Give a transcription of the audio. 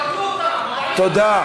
אז תבטלו אותם, תודה.